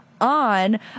on